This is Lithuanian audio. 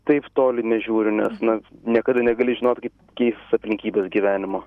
taip toli nežiūriu nes na niekada negali žinot kaip keisis aplinkybės gyvenimo